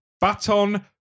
Baton